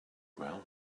brown